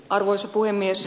arvoisa puhemies